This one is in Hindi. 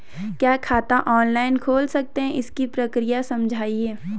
क्या खाता ऑनलाइन खोल सकते हैं इसकी प्रक्रिया समझाइए?